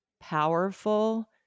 powerful